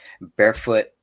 barefoot